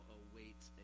awaits